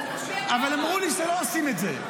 אבל אמרו לי שלא עושים את זה.